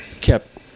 kept